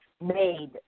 made